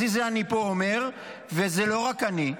אז הינה, אני אומר פה, וזה לא רק אני: